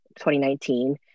2019